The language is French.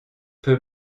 peu